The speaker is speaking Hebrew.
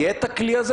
יהיה את הכלי הזה?